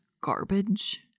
garbage